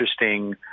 interesting